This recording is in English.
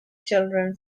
children